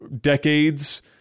decades